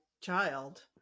child